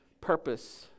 purpose